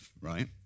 right